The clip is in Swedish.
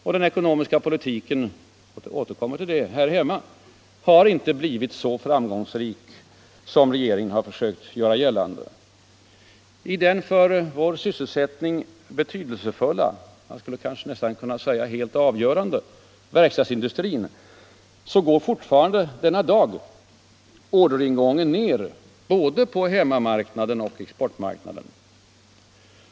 Och den ekonomiska politiken här hemma — jag återkommer till den — har inte blivit så framgångsrik som regeringen har försökt göra gällande. Inom den för vår sysselsättning betydelsefulla — jag skulle nästan vilja säga helt avgörande — verkstadsindustrin går fortfarande denna dag orderingången ned både på hemmamarknaden och på exportmarknaden.